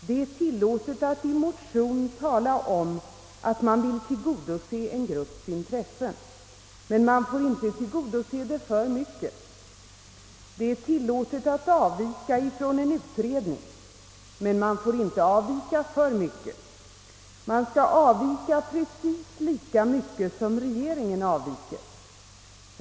Det är tillåtet att i en motion tala om att man vill tillgodose en grupps intressen, men man får inte tillgodose dem för mycket. Det är tillåtet att avvika från en utredning, men man får inte avvika för mycket. Man skall avvika precis lika mycket som regeringen gör.